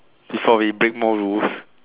before we break more rules